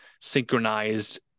synchronized